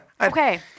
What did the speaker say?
okay